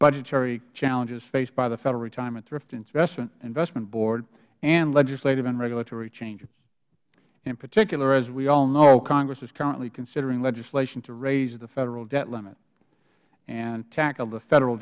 budgetary challenges faced by the federal retirement thrift investment board and legislative and regulatory changes in particular as we all know congress is currently considering legislation to raise the federal debt limit and tackle the federal